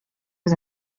was